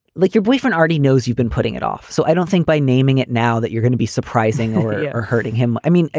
like your boyfriend already knows you've been putting it off. so i don't think by naming it now that you're going to be surprising or hurting him. i mean,